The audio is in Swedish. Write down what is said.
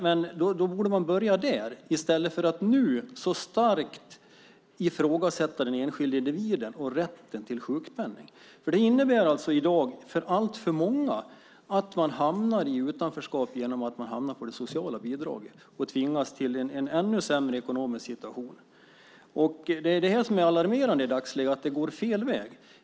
Men då borde man börja där i stället för att nu så starkt ifrågasätta den enskilda individen och rätten till sjukpenning, för det innebär i dag att alltför många hamnar i utanförskap genom att de hamnar i socialbidragsberoende och tvingas till en ännu sämre ekonomisk situation. Det som är alarmerande i dagsläget är att det går fel väg.